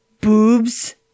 boobs